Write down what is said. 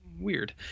weird